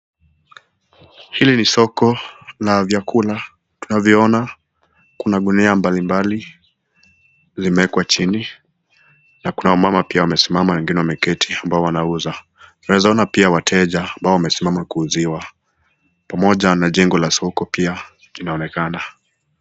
Hili ni soko la vyakula tunavyoona. Kuna gunia mbali mbali limeekwa chini na kuna wamama pia wamesimama wengine wameketi ambao wanauza. Tunaeza ona pia wateja ambao wamesimama kuuziwa pamoja na jengo la soko pia linaonekana.